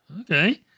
Okay